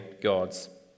gods